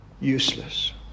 useless